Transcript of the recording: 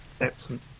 Excellent